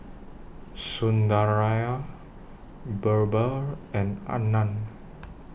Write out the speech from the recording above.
Sundaraiah Birbal and Anand